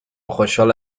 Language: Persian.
خوشحال